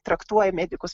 traktuoja medikus